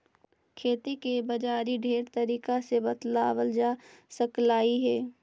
खेती के बाजारी ढेर तरीका से बताबल जा सकलाई हे